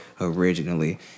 originally